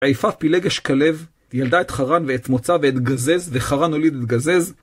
עיפה פילגש כלב, ילדה את חרן ואת מוצא ואת גזז, וחרן הוליד את גזז.